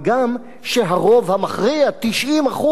מה גם שהרוב המכריע, 90%,